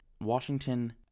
Washington